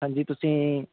ਹਾਂਜੀ ਤੁਸੀਂ